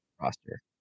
roster